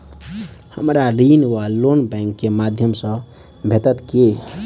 हमरा ऋण वा लोन बैंक केँ माध्यम सँ भेटत की?